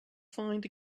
find